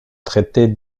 traiter